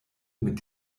mit